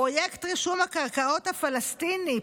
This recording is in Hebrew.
פרויקט רישום הקרקעות הפלסטיני,